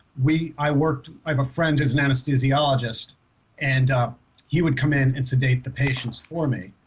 we i worked i have a friend who's an anesthesiologist and he would come in and sedate the patients for me